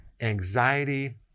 anxiety